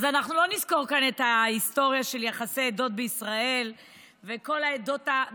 אז אנחנו לא נסקור כאן את ההיסטוריה של יחסי עדות בישראל וכל הסטיגמות.